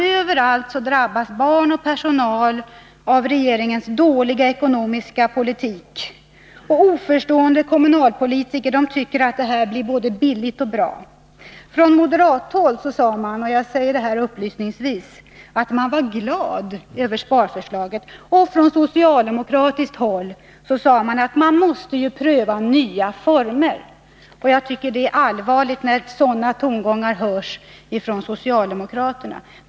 Överallt drabbas barn och personal av regeringens dåliga ekonomiska politik, och oförstående kommunalpolitiker tycker att det här blir både billigt och bra. På moderat håll uttalade man, och jag säger detta upplysningsvis, att man var glad över sparförslaget, och på socialdemokratiskt håll sade man att man måste pröva nya former. Jag tycker att det är allvarligt när sådana tongångar hörs från socialdemokratiskt håll.